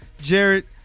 Jared